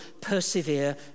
persevere